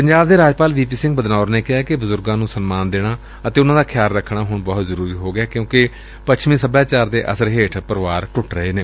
ਪੰਜਾਬ ਦੇ ਰਾਜਪਾਲ V P Singh Badnore ਨੇ ਕਿਹਾ ਕਿ ਬਜੁਰਗਾਂ ਨੰ ਸਨਮਾਨ ਦੇਣਾ ਅਤੇ ਉਨ੍ਹਾਂ ਦਾ ਖਿਆਲ ਰੱਖਣਾ ਹੁਣ ਬਹੁਤ ਜ਼ਰੂਰੀ ਹੋ ਗਿਐ ਕਿਉਂਕਿ ਪੱਛਮੀ ਸਭਿਆਚਾਰ ਦੇ ਅਸਰ ਹੇਠ ਪਰਿਵਾਰ ਟੁੱਟ ਰਹੇ ਨੇ